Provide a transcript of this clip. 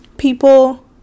People